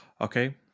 Okay